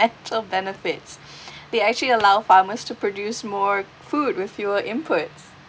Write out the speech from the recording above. benefits they actually allow farmers to produce more food with fewer input